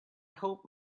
hope